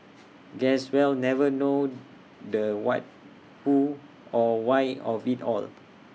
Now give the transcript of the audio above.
guess we'll never know the what who or why of IT all